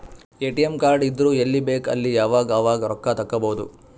ATM card ಇದ್ದುರ್ ಎಲ್ಲಿ ಬೇಕ್ ಅಲ್ಲಿ ಯಾವಾಗ್ ಅವಾಗ್ ರೊಕ್ಕಾ ತೆಕ್ಕೋಭೌದು